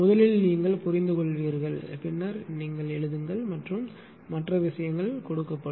முதலில் நீங்கள் புரிந்துகொள்வீர்கள் பின்னர் எழுதுவீர்கள் மற்றும் மற்ற விஷயங்கள் கொடுக்கப்படும்